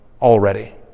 already